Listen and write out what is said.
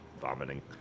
vomiting